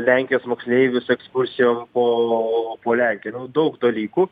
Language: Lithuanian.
lenkijos moksleivius ekskursijom po po lenkiją nu daug dalykų